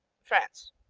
france